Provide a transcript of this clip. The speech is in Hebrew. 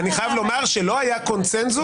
אני חייב לומר שלא היה קונצנזוס,